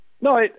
no